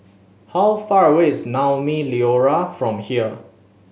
how far away is Naumi Liora from here